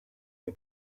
new